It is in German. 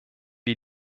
wir